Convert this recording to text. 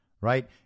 right